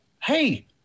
hey